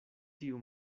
tiu